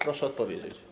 Proszę odpowiedzieć.